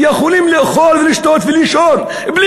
יכולים לאכול ולשתות ולישון בלי